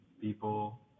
people